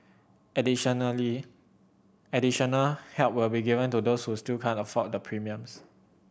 additionally additional help will be given to those who still can't afford the premiums